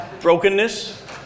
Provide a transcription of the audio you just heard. brokenness